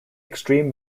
extreme